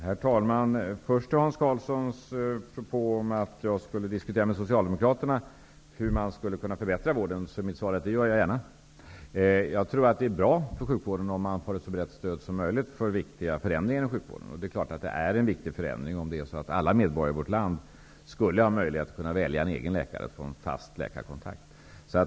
Herr talman! Först vill jag besvara Hans Karlssons propå om att jag borde diskutera med Socialdemokraterna om hur man skulle kunna förbättra vården. Jag diskuterar gärna. Jag tror att det vid viktiga förändringar av sjukvården är bra med ett så brett stöd som möjligt. Det är en viktig förändring om alla medborgare i vårt land skulle få möjlighet att välja en egen läkare och därigenom få en fast läkarkontakt.